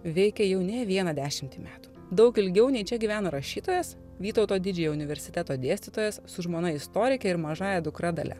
veikia jau ne vieną dešimtį metų daug ilgiau nei čia gyveno rašytojas vytauto didžiojo universiteto dėstytojas su žmona istorike ir mažąja dukra dalia